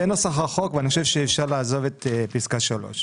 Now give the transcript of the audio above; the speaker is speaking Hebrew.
זה נוסח החוק ואני חושב שאפשר לעזוב את פסקה (3).